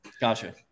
Gotcha